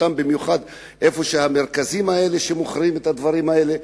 במיוחד במרכזים שמוכרים את הדברים האלה,